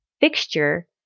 fixture